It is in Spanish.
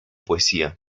poesía